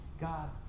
God